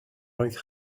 oedd